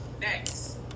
next